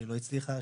שלא הצליחה,